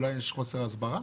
אולי יש חוסר הסברה?